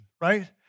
right